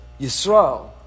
Yisrael